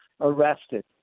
arrested